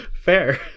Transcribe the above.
Fair